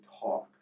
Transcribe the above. talk